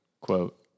quote